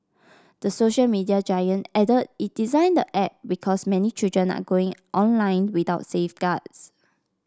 the social media giant added it designed the app because many children are going online without safeguards